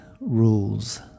rules